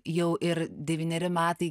jau ir devyneri metai